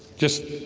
just